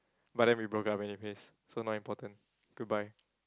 but then we broke up anyways so not important goodbye